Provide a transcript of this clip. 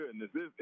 goodness